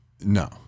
No